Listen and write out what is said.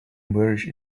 moorish